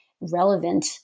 relevant